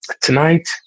tonight